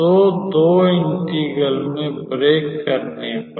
तो दो इंटेगरल में ब्रेक करने पर